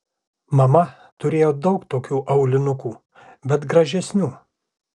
mama turėjo daug tokių aulinukų bet gražesnių